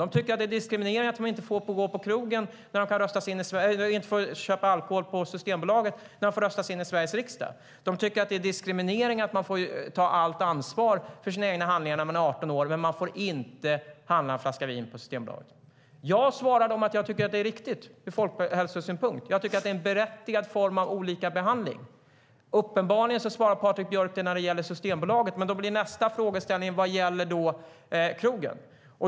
De tycker att det är diskriminering att de inte får köpa alkohol på Systembolaget när de kan röstas in i Sveriges riksdag. De tycker att det är diskriminering att man får ta fullt ansvar för sina egna handlingar när man är 18 år men inte får handla en flaska vin på Systembolaget. Jag svarar dem att jag tycker att det är riktigt ur folkhälsosynpunkt. Jag tycker att det är en berättigad form av olikabehandling. Uppenbarligen svarar Patrik Björck det när det gäller Systembolaget, men då blir nästa fråga vad som gäller på krogen.